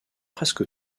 presque